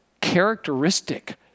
characteristic